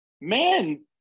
man